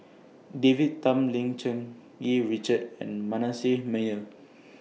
David Tham Lim Cherng Yih Richard and Manasseh Meyer